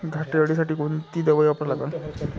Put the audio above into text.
घाटे अळी साठी कोनची दवाई वापरा लागन?